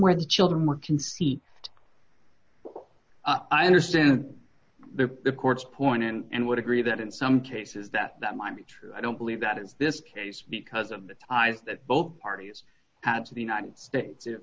where the children were conceived i understand the court's point and would agree that in some cases that that might be true i don't believe that in this case because of the ties that both parties had to the united states to